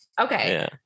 Okay